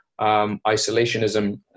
isolationism